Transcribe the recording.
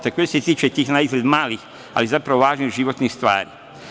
Takođe se tiče tih naizgled malih, ali zapravo važnih životnih stvari.